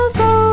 go